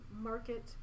market